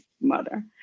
mother